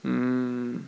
mm